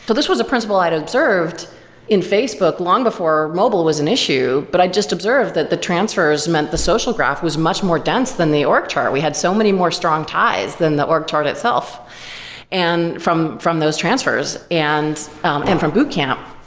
so this was a principle i'd observed in facebook long before mobile was an issue, but i just observed that the transfers meant the social graph was much more dense than the org chart. we had so many more strong ties than the org chart itself and from from those transfers and um and from boot camp.